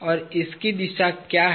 और इसकी दिशा क्या है